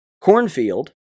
cornfield